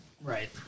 Right